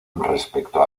respecto